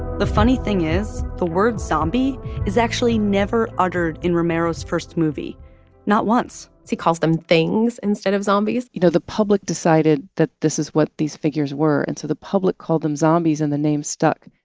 the funny thing is the word zombie is actually never uttered in romero's first movie not once he calls them things instead of zombies you know, the public decided that this is what these figures were. and so the public called them zombies, and the name stuck